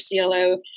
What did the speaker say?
CLO